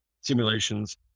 simulations